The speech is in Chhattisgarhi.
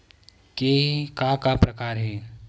के का का प्रकार हे?